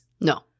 No